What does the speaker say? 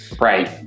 Right